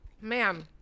ma'am